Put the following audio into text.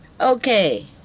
okay